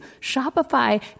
Shopify